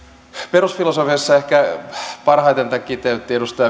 perusfilosofiassa ehkä parhaiten tämän kiteytti edustaja